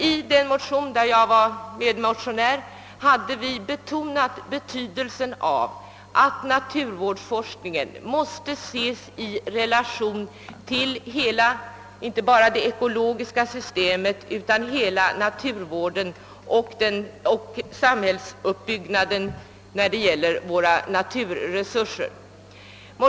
I motionerna I: 778 och II: 1006 betonade vi betydelsen av att naturvårdsforskningen ses i relation inte bara till det ekologiska systemet utan till hela naturvården och samhällsutbyggnaden i vad gäller våra naturresurser.